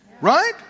Right